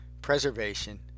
preservation